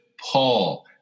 Paul